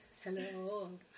Hello